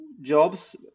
jobs